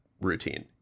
routine